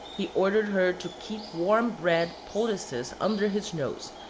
he ordered her to keep warm bread poultices under his nose,